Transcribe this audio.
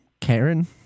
Karen